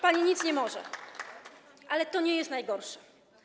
Pani nic nie może, ale to nie jest najgorsze.